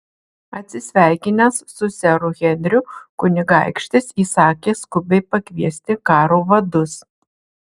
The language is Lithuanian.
atsisveikinęs su seru henriu kunigaikštis įsakė skubiai pakviesti karo vadus